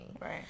Right